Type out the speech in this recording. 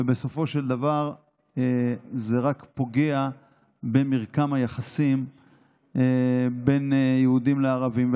ובסופו של דבר זה רק פוגע במרקם היחסים בין יהודים לערבים.